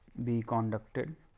be contacted